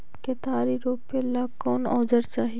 केतारी रोपेला कौन औजर चाही?